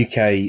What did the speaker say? UK